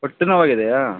ಹೊಟ್ಟೆ ನೋವಾಗಿದೆಯಾ